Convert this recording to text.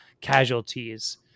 casualties